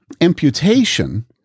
imputation